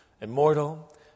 Immortal